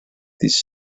these